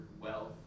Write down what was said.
wealth